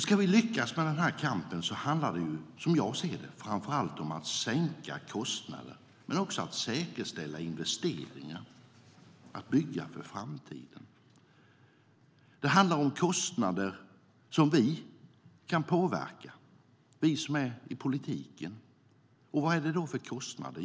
Ska vi lyckas med den här kampen handlar det som jag ser det framför allt om att sänka kostnader men också om att säkerställa investeringar och bygga för framtiden. Det handlar om kostnader som vi kan påverka, vi som är i politiken. Vad är det för kostnader?